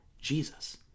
Jesus